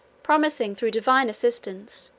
promising, through divine assistance,